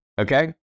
Okay